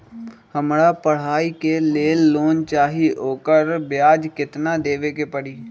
हमरा पढ़ाई के लेल लोन चाहि, ओकर ब्याज केतना दबे के परी?